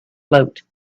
float